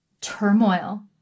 turmoil